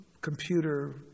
computer